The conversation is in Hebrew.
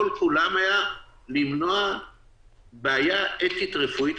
כל כולם היו כדי למנוע בעיה אתית רפואית.